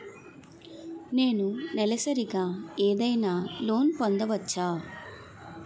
నేను నెలసరిగా ఏదైనా లోన్ పొందవచ్చా?